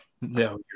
No